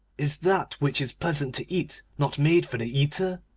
is that which is pleasant to eat not made for the eater?